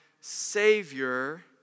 Savior